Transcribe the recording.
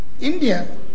India